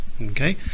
okay